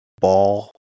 ball